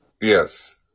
Yes